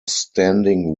standing